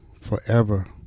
forever